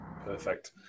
Perfect